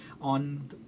on